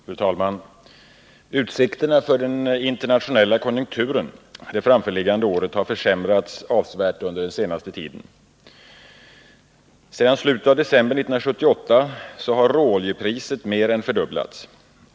Fru talman! Utsikterna för den internationella konjunkturen det framförliggande året har försämrats avsevärt under den senaste tiden. Sedan slutet av december 1978 har råoljepriset mer än fördubblats.